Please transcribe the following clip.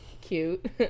cute